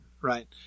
Right